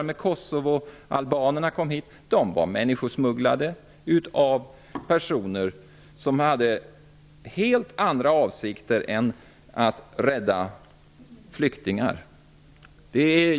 De kosovoalbaner som kom hit tidigare var människosmugglade av personer med helt andra avsikter än att rädda flyktingar.